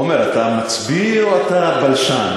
עמר, אתה מצביא או אתה בלשן?